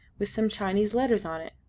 with some chinese letters on it,